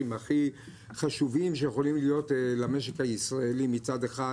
הכי חשובים שיכולים להיות למשק הישראלי מצד אחד,